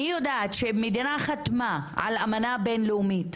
אני יודעת שמדינה חתמה על אמנה בינלאומית,